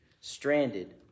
Stranded